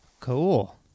Cool